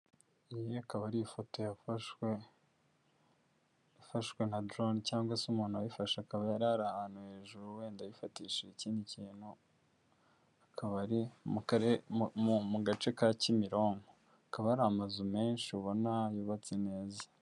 Iyi akaba ari ifoto yafashwe, ifashwe na dorone, cyangwa se umuntu wayifashe akaba yari ahantu hejuru wenda ayifatisha ikindi kintu, akabari mu gace ka Kimironko akaba ari amazu menshi ubona yubatse neza.